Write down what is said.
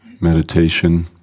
meditation